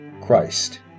Christ